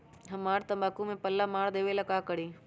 हमरा तंबाकू में पल्ला मार देलक ये ला का करी?